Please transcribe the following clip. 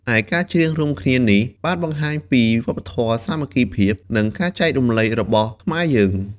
ឯការច្រៀងរួមគ្នានេះបានបង្ហាញពីវប្បធម៌សាមគ្គីភាព និងការចែករំលែករបស់ខ្មែរយើង។